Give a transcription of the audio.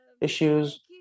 issues